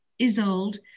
Isold